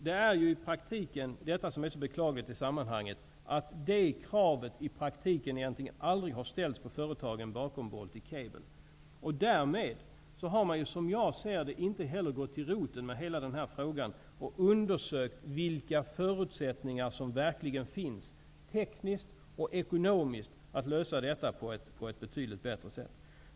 Det som är så beklagligt i sammanhanget är ju att detta krav i praktiken egentligen aldrig har ställts på företagen bakom Baltic Cable. Därmed har man, som jag ser det, inte heller gått till roten med hela den här frågan och undersökt vilka förutsättningar som verkligen finns, tekniskt och ekonomiskt, att lösa detta på ett betydligt bättre sätt.